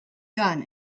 gun